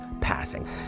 passing